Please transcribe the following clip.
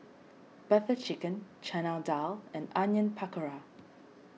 Butter Chicken Chana Dal and Onion Pakora